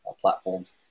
platforms